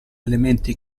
elementi